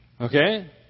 Okay